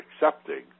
accepting